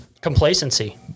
complacency